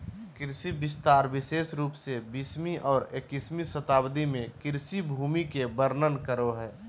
कृषि विस्तार विशेष रूप से बीसवीं और इक्कीसवीं शताब्दी में कृषि भूमि के वर्णन करो हइ